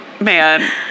man